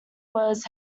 was